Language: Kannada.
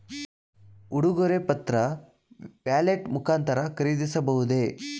ಉಡುಗೊರೆ ಪತ್ರ ವ್ಯಾಲೆಟ್ ಮುಖಾಂತರ ಖರೀದಿಸಬಹುದೇ?